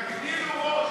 נתקבלה.